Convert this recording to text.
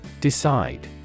Decide